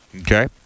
okay